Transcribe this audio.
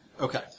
Okay